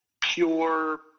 pure